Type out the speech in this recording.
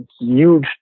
huge